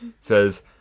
says